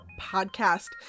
Podcast